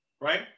right